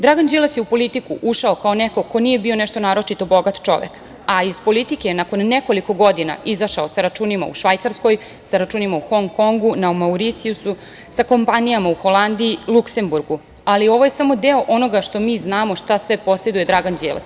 Dragan Đilas je u politiku ušao kao neko ko nije bio nešto naročito bogat čovek, a iz politike, nakon nekoliko godina, izašao sa računima u Švajcarskoj, sa računima u Hong Kongu, na Mauricijusu, sa kompanijama u Holandiji, Luksemburgu, ali ovo je samo deo onoga što mi znamo šta sve poseduje Dragan Đilas.